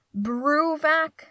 Bruvac